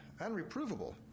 unreprovable